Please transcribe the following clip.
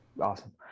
Awesome